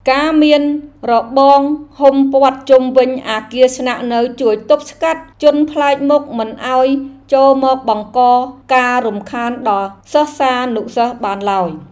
ការមានរបងហ៊ុមព័ទ្ធជុំវិញអគារស្នាក់នៅជួយទប់ស្កាត់ជនប្លែកមុខមិនឱ្យចូលមកបង្កការរំខានដល់សិស្សានុសិស្សបានឡើយ។